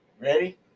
Ready